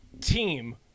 team